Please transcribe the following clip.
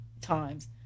times